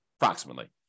approximately